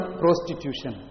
prostitution